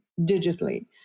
digitally